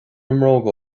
mbróga